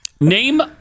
name